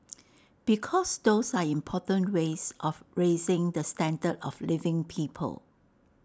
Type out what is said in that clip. because those are important ways of raising the standard of living people